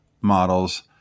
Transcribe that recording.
models